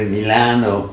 Milano